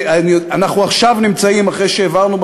אנחנו עכשיו נמצאים אחרי שהעברנו,